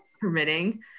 permitting